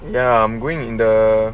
ya I'm going in the